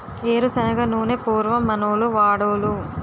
ఏరు శనగ నూనె పూర్వం మనోళ్లు వాడోలు